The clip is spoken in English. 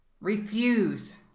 refuse